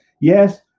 Yes